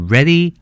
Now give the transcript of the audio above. Ready